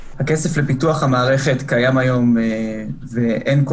הכסף לפיתוח המערכת קיים היום ואין כל